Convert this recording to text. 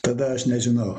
tada aš nežinau